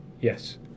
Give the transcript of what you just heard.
yes